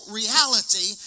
reality